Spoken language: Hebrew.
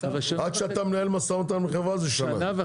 עד שאתה מנהל משא ומתן עם חברה זה שנה.